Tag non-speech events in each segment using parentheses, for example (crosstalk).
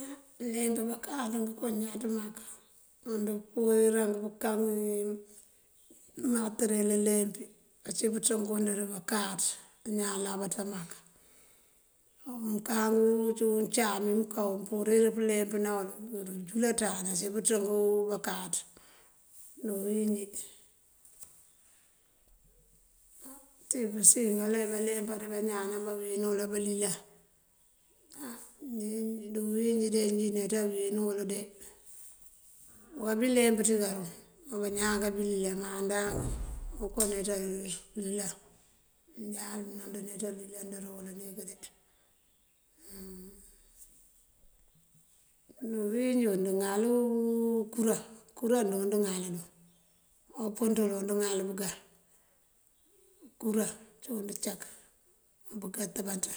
Á ngëleemp bakáaţ ngëko ñaţ mak. Wund puri rank pëká (hesitation) imateriyel ileempi ací pënţënk und wund bakáaţ bañaan alabaţa mak. (hesitation) ka (hesitation) uncáam wí mënká wuŋ mënpurir pëleempëna wul këru julaţáan ací pëţënk bakáaţ dí uwínjí. Á ţí pësiyën kaloŋ wíba leempar wí bañaan abá wín wul abá lilan á dí uwínjí de njí neţe wín wul de. Buka bí leemp dí karum á bañaan kabí lilan ma ndank uko (noise) neţa lilan. Manjá kul wund neţa lilandër wul nek de. (hesitation) Dí uwínjí wund ŋal kuraŋ, kuraŋ dí wul ŋal duŋ awú pënţul awund ŋal bëgá. Kuran cúun dëcak á bëgá tëbanţañ,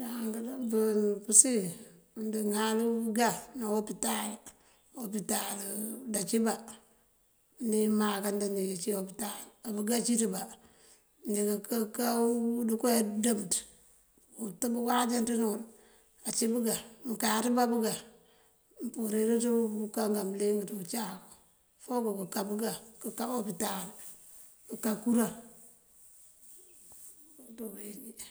yank daŋ pësiyën wund ŋal bëgá ná opital. Opital nda cíbá unú wí máakan dun wí ací opital. Á bëgá cíţ bá mëndik ká (hesitation) dëko dëmënţ. Uwáajanţën wul ací bëgá? Mënkáaţ bá bëgá mëndi purirëţ pëká ngaŋ bëliyëŋ ţí ucáak. Fok këká bëgá, këká opital, këká kuran dí uwínjí.